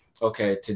okay